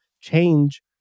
change